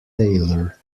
taylor